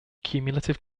cumulative